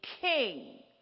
king